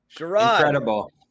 incredible